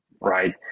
right